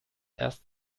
erst